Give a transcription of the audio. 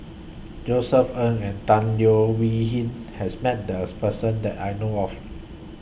Josef Ng and Tan Leo Wee Hin has Met This Person that I know of